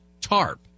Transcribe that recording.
tarp